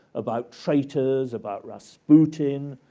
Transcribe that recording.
about traitors, about rasputin,